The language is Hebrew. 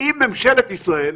אם ממשלת ישראל,